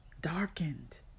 darkened